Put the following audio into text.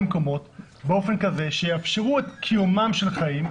מקומות באופן כזה שיאפשר קיומם של חיים,